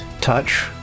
touch